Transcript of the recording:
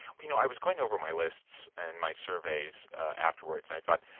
you know i was going over my lists and my surveys afterward. and i thought,